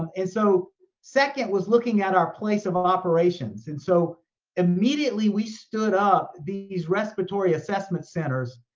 and so second was looking at our place of our operations. and so immediately we stood up these respiratory assessment centers,